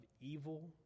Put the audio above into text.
evil